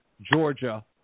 Georgia